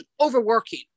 overworking